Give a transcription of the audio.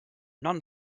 non